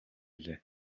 билээ